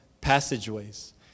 passageways